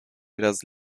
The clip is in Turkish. biraz